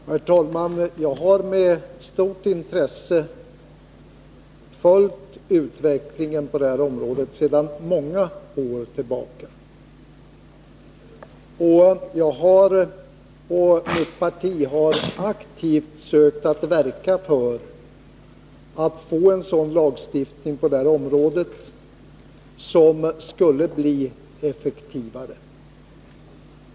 Herr talman! Jag har med stort intresse följt utvecklingen på det här området sedan många år, och jag och mitt parti har aktivt sökt verka för att få en mera effektiv lagstiftning.